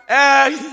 Hey